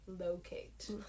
locate